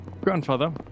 Grandfather